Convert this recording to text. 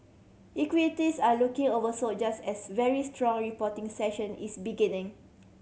equities are looking oversold just as very strong reporting session is beginning